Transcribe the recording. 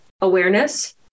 awareness